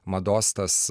mados tas